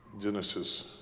Genesis